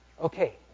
Okay